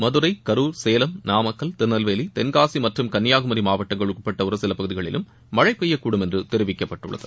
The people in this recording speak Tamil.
மதுரை கரூர் சேலம் நாமக்கல் திருநெல்வேலி தென்காசி மற்றும் கன்னியாகுமரி மாவட்டங்களுக்கு உட்பட்ட ஒரு சில பகுதிகளிலும் மழை பெய்யக்கூடும் என்று தெரிவிக்கப்பட்டுள்ளது